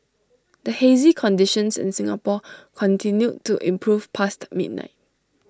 the hazy conditions in Singapore continued to improve past midnight